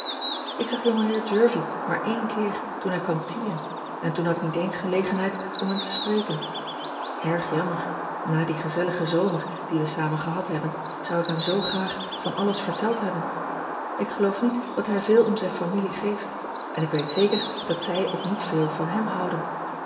k zag ongeheer ervie maar één keer toen hij kwam tea en en toen had ik niet eens ge legenheid om hem te spreken rg jammer na dien gezelligen zomer dien we samen gehad hebben zou ik hem zoo graag van alles verteld hebben k geloof niet dat hij veel om zijn familie geeft en ik weet zeker dat zij ook niet veel van hem houden